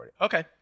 Okay